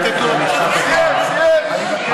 אתם רוצים לשלוח שר או שאתם רוצים, מה?